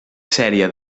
sèrie